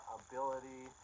ability